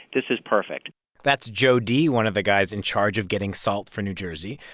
this is perfect that's joe dee, one of the guys in charge of getting salt for new jersey.